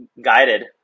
guided